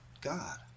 god